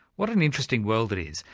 what an interesting world it is.